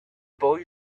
boy